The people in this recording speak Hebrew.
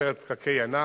ויוצרת פקקי ענק,